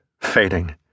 fading